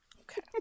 Okay